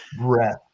breath